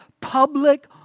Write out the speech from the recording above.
public